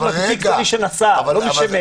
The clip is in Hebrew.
מי שמדבק זה מי שנשא, לא מי שמת.